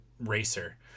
Racer